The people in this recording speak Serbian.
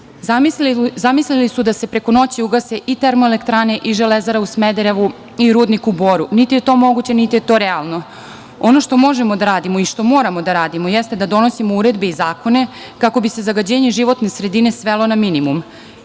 Zamislili su da se preko noći ugase i termoelektrane i Železara u Smederevu i rudnik u Boru. Niti je to moguće, niti je to realno. Ono što možemo da radimo i što moramo da radimo jeste da donosimo uredbe i zakone, kako bi se zagađenje životne sredine svelo na minimum.